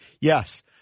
Yes